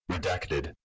Redacted